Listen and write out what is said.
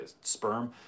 sperm